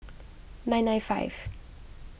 nine nine five